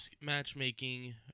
matchmaking